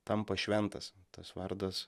tampa šventas tas vardas